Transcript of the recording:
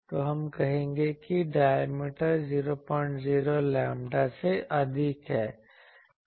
तो हम कहेंगे कि डायमीटर 005 लैम्ब्डा से अधिक है